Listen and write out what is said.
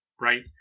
right